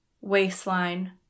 Waistline